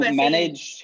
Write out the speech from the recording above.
manage